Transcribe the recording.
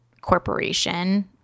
corporation